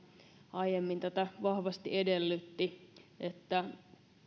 aiemmin vahvasti edellytti että